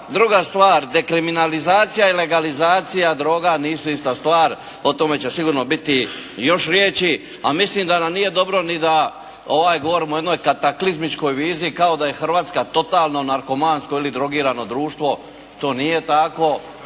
Druga stvar, dekriminalizacija i legalizacija droga nisu ista stvar. O tome će sigurno biti još riječi. A mislim da nam nije dobro ni da govorimo o jednoj kataklizmičkoj viziji, kao da je Hrvatska totalno narkomansko ili drogirano društvo. To nije tako.